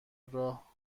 راه